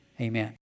Amen